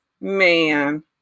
man